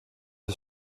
are